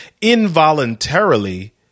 Involuntarily